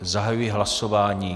Zahajuji hlasování.